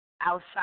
outside